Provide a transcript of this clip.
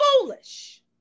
foolish